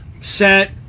set